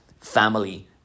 family